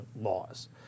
laws